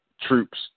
troops